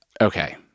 Okay